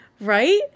Right